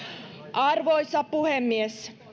arvoisa puhemies